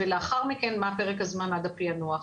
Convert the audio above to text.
ולאחר מכן מה פרק הזמן עד הפענוח.